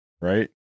right